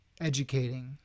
educating